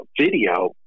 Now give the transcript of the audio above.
video